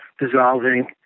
dissolving